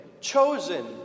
chosen